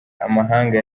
amahanga